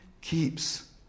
keeps